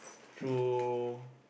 through